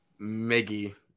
Miggy